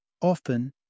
Often